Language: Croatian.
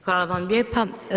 Hvala vam lijepa.